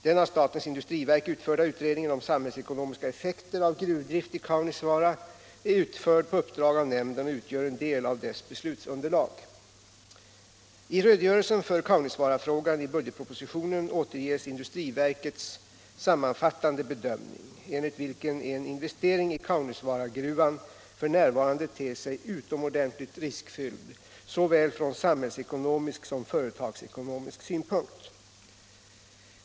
Den av statens industriverk utförda utredningen om samhällsekonomiska effekter av gruvdrift i Kaunisvaara är utförd på uppdrag av nämnden och utgör en del av dess beslutsunderlag. I redogörelsen för Kaunisvaarafrågan i budgetpropositionen återges industriverkets sammanfattande bedömning, enligt vilken en investering i Kaunisvaaragruvan f. n. ter sig utomordentligt riskfylld från såväl samhällsekonomisk som företagsekonomisk synpunkt.